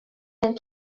and